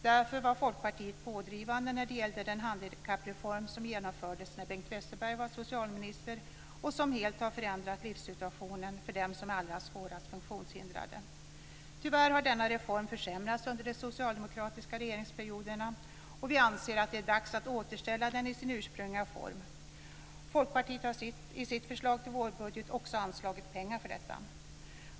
Därför var Folkpartiet pådrivande när det gällde den handikappreform som genomfördes när Bengt Westerberg var socialminister och som helt har förändrat livssituationen för dem som är allra svårast funktionshindrade. Tyvärr har denna reform försämrats under de socialdemokratiska regeringsperioderna, och vi anser att det är dags att återställa den i sin ursprungliga form. Folkpartiet har i sitt förslag till vårbudget också anslagit pengar för detta.